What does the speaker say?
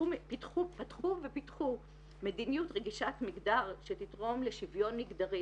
פתחו ופתחו מדיניות רגישת מגדר שתתרום לשוויון מגדרי